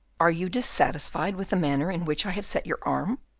are you dissatisfied with the manner in which i have set your arm,